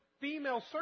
female